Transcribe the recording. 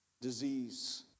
disease